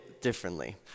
Differently